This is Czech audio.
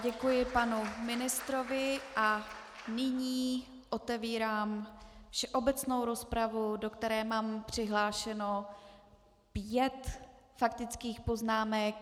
Děkuji panu ministrovi a nyní otevírám obecnou rozpravu, do které mám přihlášeno pět faktických poznámek.